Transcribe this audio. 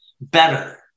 better